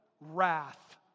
wrath